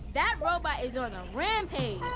that robot is on a rampage!